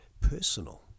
personal